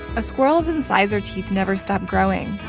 a squirrel's incisor teeth never stop growing,